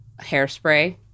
Hairspray